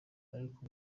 ariko